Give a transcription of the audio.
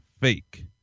fake